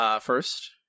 first